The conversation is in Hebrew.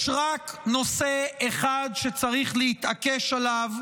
יש רק נושא אחד שצריך להתעקש עליו,